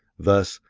thus,